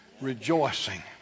rejoicing